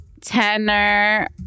tenor